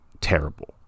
terrible